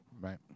Right